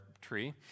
tree